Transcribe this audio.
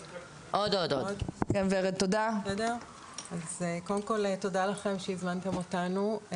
תודה לכם שהזמנתם אותנו.